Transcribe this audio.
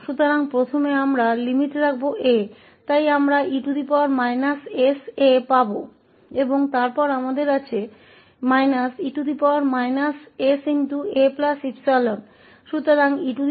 इसलिए पहले हम a की लिमिट लगाएंगे ताकि हमें e sa मिल जाए और फिर हमारे पास e sa𝜖 हो